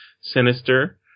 Sinister